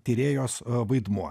tyrėjos vaidmuo